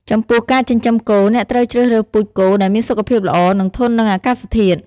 ចំពោះការចិញ្ចឹមគោ អ្នកត្រូវជ្រើសរើសពូជគោដែលមានសុខភាពល្អ និងធន់នឹងអាកាសធាតុ។